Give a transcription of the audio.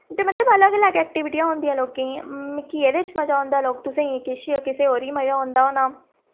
ते मतलब अलग अलग एक्टिविटियां होंदियां लोकें मिकी एह्दे च मजा औंदा लोक तुसें किश कुसे होर गी मजा औंदा होना